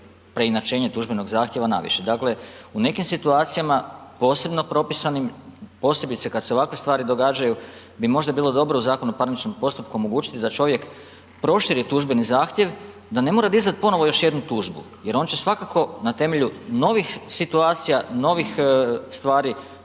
preinačenje tužbenog zahtjeva na više. Dakle u nekim situacijama, posebno propisanim, posebice kada se ovakve stvari događaju, bi možda bilo dobro u Zakonu u parničkom postupku omogućiti da čovjek proširi tužbeni zahtjev, da ne mora dizati ponovno još jednu tužbu. Jer on će svakako na temelju novih situacija, novih stvari